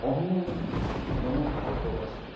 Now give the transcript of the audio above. অন্যই মনের ভাব প্রকাশ হয়